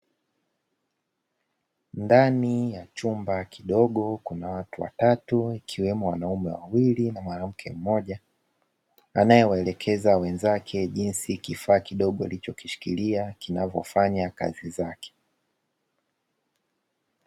Ndani ya chumba kidogo, kuna watu watatu ikiwemo wanaume wawili na mwanamke mmoja anaewaelekeza wenzake, jinsi kifaa kidogo alichokishilia kinavyofanya kazi zake.